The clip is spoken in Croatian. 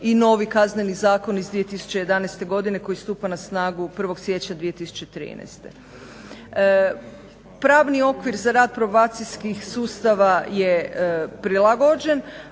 i novi Kazneni zakon iz 2011. godine koji stupa na snagu 1. siječnja 2013. Pravni okvir za rad probacijskih sustava je prilagođen,